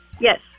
yes